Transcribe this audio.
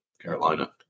Carolina